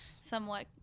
somewhat